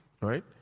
right